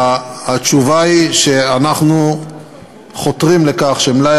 התשובה היא שאנחנו חותרים לכך שמלאי